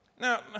Now